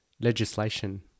legislation